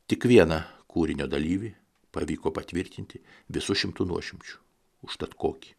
tik vieną kūrinio dalyvį pavyko patvirtinti visu šimtu nuošimčių užtat kokį